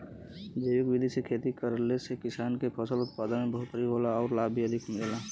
जैविक विधि से खेती करले से किसान के फसल उत्पादन में बढ़ोतरी होला आउर लाभ भी अधिक मिलेला